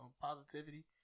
positivity